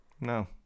No